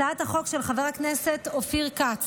הצעת החוק של חבר הכנסת אופיר כץ